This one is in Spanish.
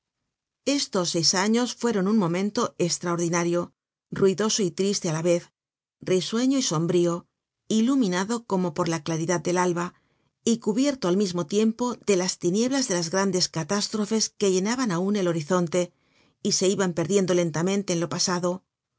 estos seis años fueron un momento estraordinario ruidoso y triste á la vez risueño y sombrío iluminado como por la claridad del alba y cubierto al mismo tiempo de las tinieblas de las grandes catástrofes que llenaban aun el horizonte y se iban perdiendo lentamente en lo pasado